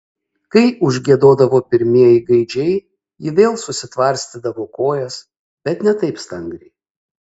kai užgiedodavo pirmieji gaidžiai ji vėl susitvarstydavo kojas bet ne taip stangriai